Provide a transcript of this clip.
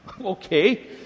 Okay